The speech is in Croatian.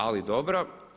Ali dobro.